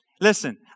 Listen